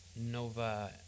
Nova